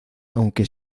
aunque